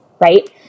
right